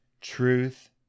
truth